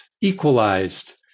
equalized